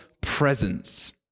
presence